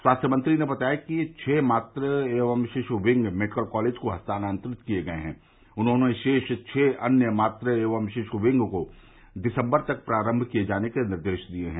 स्वास्थ्य मंत्री ने बताया कि छह मातृ एवं शियु विंग मेडिकल कॉलेज को हस्तांतरित किये गये हैं उन्होंने शेष छह अन्य मातृ एवं शिशु विंग को दिसम्बर तक प्रारम्भ करने के निर्देश दिये हैं